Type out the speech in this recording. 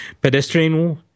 pedestrian